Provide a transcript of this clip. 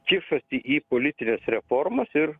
kišasi į politines reformas ir